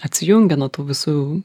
atsijungę nuo tų visų